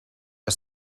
que